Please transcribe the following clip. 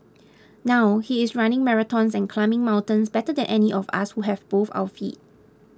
now he is running marathons and climbing mountains better than any of us who have both our feet